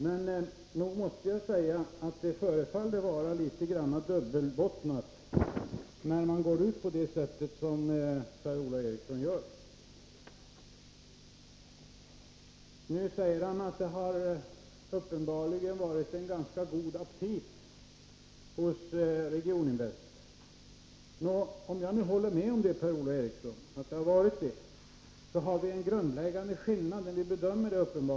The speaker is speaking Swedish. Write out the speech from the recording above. Men nog måste jag säga att det förefaller vara litet grand dubbelbottnat när man går ut på det sätt som Per-Ola Eriksson gör. Nu säger han att det uppenbarligen varit en ganska god aptit hos Regioninvest. Nå, om jag håller med om det, finns det ändå en grundläggande skillnad när vi gör vår bedömning.